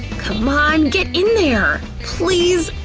c'mon, get in there, please.